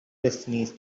destinies